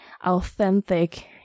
authentic